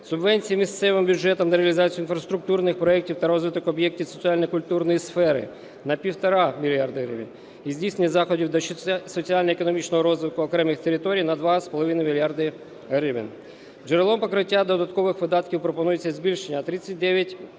субвенції місцевим бюджетам на реалізацію інфраструктурних проектів та розвиток об'єктів соціально-культурної сфери – на 1,5 мільярда гривень і здійснення заходів соціально-економічного розвитку окремих територій – на 2,5 мільярда гривень. Джерелом покриття додаткових видатків пропонується збільшення на